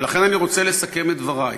אני רוצה לסכם את דברי: